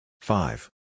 Five